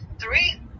three